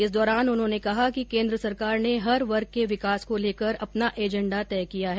इस दौरान उन्होंने कहा कि केन्द्र सरकार ने हर वर्ग के विकास को लेकर अपना एजेन्डा तय किया है